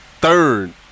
third